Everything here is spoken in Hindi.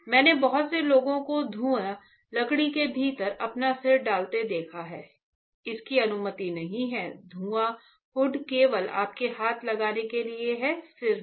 मैंने बहुत से लोगों को धुएं लकड़ी के भीतर अपना सिर डालते देखा है इसकी अनुमति नहीं है धुआं हुड केवल आपके हाथ लगाने के लिए है सिर नहीं